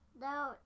No